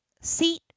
seat